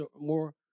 more